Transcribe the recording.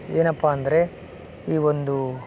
ಏನಪ್ಪ ಅಂದರೆ ಈ ಒಂದು